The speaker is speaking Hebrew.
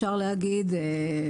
אפשר לומר כך,